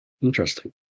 Interesting